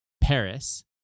Paris